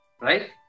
Right